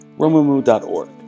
Romumu.org